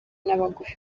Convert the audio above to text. n’abagufi